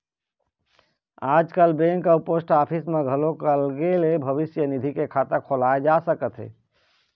आजकाल बेंक अउ post office म घलोक अलगे ले भविस्य निधि के खाता खोलाए जा सकत हे